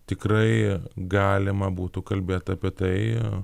tikrai galima būtų kalbėt apie tai